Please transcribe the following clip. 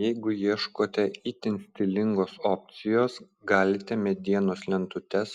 jeigu ieškote itin stilingos opcijos galite medienos lentutes